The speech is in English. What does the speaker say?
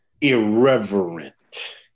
irreverent